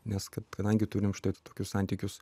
nes kaip kadangi turim štai tokius santykius